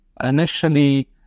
Initially